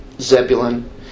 Zebulun